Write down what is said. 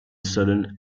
sudden